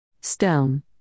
Stone